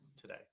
today